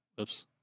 oops